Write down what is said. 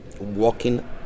walking